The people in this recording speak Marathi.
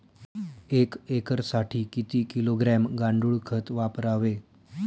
एक एकरसाठी किती किलोग्रॅम गांडूळ खत वापरावे?